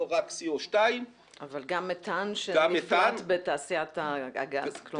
לא רק Co2. גם מתאן שנפלט בתעשיית הגז.